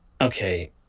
okay